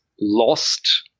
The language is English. lost